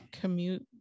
commute